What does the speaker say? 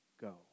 go